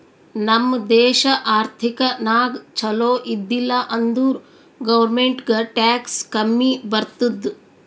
ನಮ್ ದೇಶ ಆರ್ಥಿಕ ನಾಗ್ ಛಲೋ ಇದ್ದಿಲ ಅಂದುರ್ ಗೌರ್ಮೆಂಟ್ಗ್ ಟ್ಯಾಕ್ಸ್ ಕಮ್ಮಿ ಬರ್ತುದ್